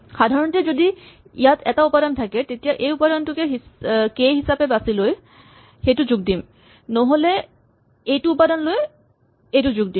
সাধাৰণতে যদি ইয়াত এটা উপাদান থাকে তেতিয়া এই উপাদানটো কে হিচাপে বাচি লৈ সেইটো যোগ দিম নহ'লে এইটো উপাদান লৈ এইটো যোগ দিম